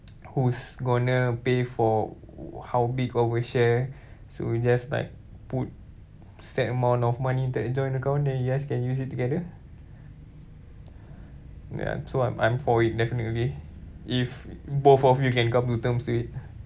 who's going to pay for how big of a share so you just like put set amount of money into that joint account and you guys can use it together ya so I'm I'm for it definitely if both of you can come to terms with